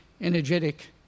energetic